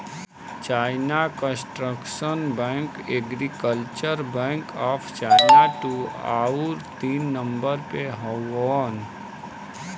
China construction bank, agriculture bank of China दू आउर तीन नम्बर पे हउवन